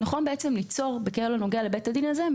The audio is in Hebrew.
נכון ליצור בכל הנוגע לבית הדין הזה,